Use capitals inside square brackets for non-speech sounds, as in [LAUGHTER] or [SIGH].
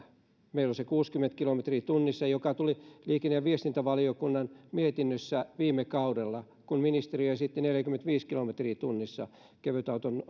meillä on se kuusikymmentä kilometriä tunnissa joka tuli liikenne ja viestintävaliokunnan mietinnössä viime kaudella kun ministeriö esitti neljäkymmentäviisi kilometriä tunnissa kevytauton [UNINTELLIGIBLE]